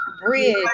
bridge